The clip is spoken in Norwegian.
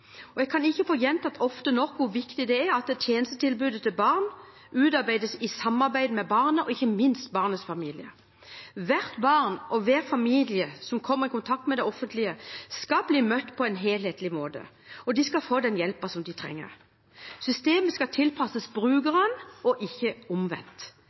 Og jeg kan ikke få gjentatt ofte nok hvor viktig det er at tjenestetilbudet til barn utarbeides i samarbeid med barnet og ikke minst med barnets familie. Hvert barn og hver familie som kommer i kontakt med det offentlige, skal bli møtt på en helhetlig måte, og de skal få den hjelpen som de trenger. Systemet skal tilpasses